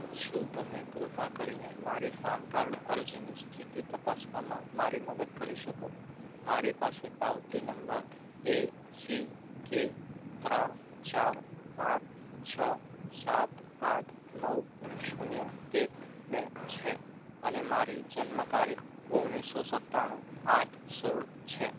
શું તમે કૃપા કરીને મારી પાનકાર્ડ અરજીની સ્થિતિ તપાસવામાં મારી મદદ કરી શકો મારી પાસે પાવતી નંબર એ સી કે ત્રણ ચાર પાંચ છ સાત આઠ નવ શૂન્ય એક બે છે અને મારી જન્મ તારીખ ઓગણીસો સત્તાણું આઠ સોળ છે